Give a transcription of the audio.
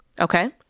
Okay